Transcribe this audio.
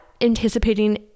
anticipating